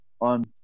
on